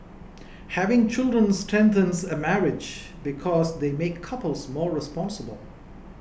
having children strengthens a marriage because they make couples more responsible